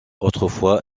autrefois